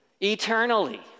eternally